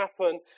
happen